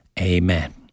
Amen